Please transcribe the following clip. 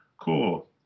cool